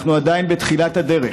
אנחנו עדיין בתחילת הדרך.